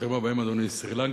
בראשות שר המים של סרי-לנקה,